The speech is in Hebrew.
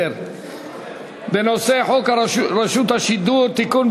לסדר-היום בנושא: חוק רשות השידור (תיקון,